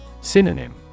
Synonym